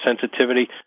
sensitivity